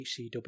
HCW